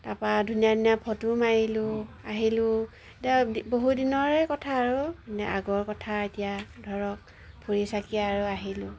তাৰপা ধুনীয়া ধুনীয়া ফটো মাৰিলোঁ আহিলোঁ এতিয়া বহু দিনৰে কথা আৰু আগৰ কথা এতিয়া ধৰক ফুৰি চাকিয়ে আৰু আহিলোঁ